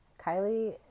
Kylie